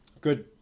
Good